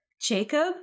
Jacob